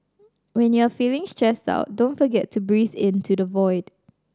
when you are feeling stressed out don't forget to breathe into the void